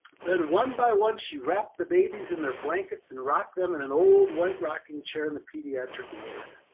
then one by one she wrapped the babies in their blankets and rocked them in an old white rocking chair in the pediatric ward.